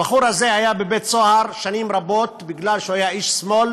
הבחור הזה היה בבית-סוהר שנים רבות בגלל שהוא היה איש שמאל